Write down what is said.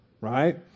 right